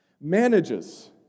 manages